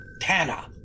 Tana